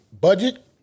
budget